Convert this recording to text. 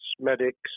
medics